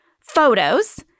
photos